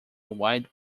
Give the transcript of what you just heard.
wide